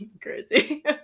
crazy